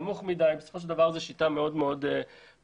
נמוך מדי בסופו של דבר זאת שיטה מאוד לא מוצלחת.